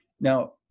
Now